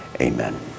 Amen